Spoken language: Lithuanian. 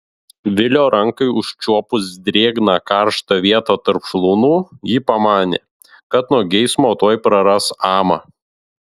vilio rankai užčiuopus drėgną karštą vietą tarp šlaunų ji pamanė kad nuo geismo tuoj praras amą